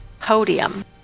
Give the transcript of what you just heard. podium